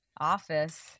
office